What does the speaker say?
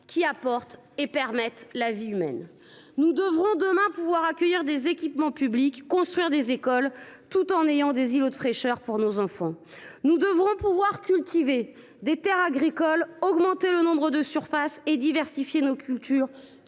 qui attirent et facilitent l’activité humaine. Nous devrons, demain, accueillir des équipements publics, construire des écoles tout en ayant des îlots de fraîcheur pour nos enfants. Nous devrons cultiver des terres agricoles, augmenter le nombre de surfaces et diversifier nos cultures,